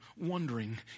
wondering